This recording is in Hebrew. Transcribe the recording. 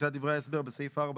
תחילת דברי ההסבר בסעיף 4,